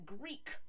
Greek